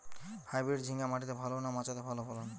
Hybrid ঝিঙ্গা মাটিতে ভালো না মাচাতে ভালো ফলন?